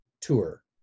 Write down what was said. tour